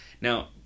now